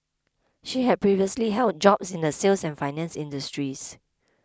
she had previously held jobs in the sales and finance industries